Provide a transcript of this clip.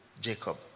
Jacob